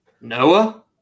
Noah